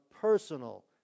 personal